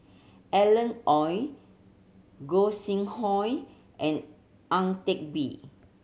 Alan Oei Gog Sing Hooi and Ang Teck Bee